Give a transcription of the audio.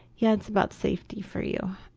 yeah, it's about safety for you.